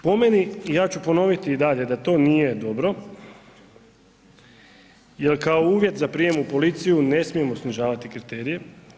Po meni, ja ću ponoviti i dalje da to nije dobro jer kao uvjet za prijem u policiju ne smijemo snižavati kriterije.